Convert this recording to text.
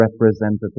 representative